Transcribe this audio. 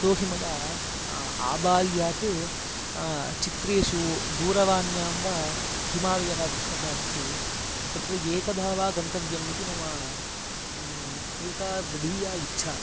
यतोहि मया आबाल्यात् चित्रेषु दूरवाण्यां वा हिमालयः दृष्टः अस्ति तत्र एकदा वा गन्तव्यम् इति मम एका दृढीया इच्छा